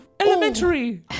elementary